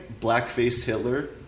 BlackfaceHitler